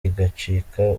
igacika